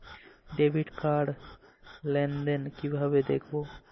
Debit card র লেনদেন কিভাবে দেখবো?